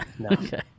Okay